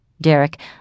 Derek